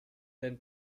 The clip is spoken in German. denn